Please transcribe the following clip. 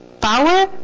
power